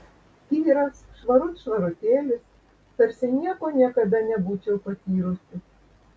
tyras švarut švarutėlis tarsi nieko niekada nebūčiau patyrusi